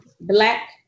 black